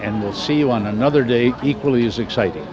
and we'll see you on another day equally as exciting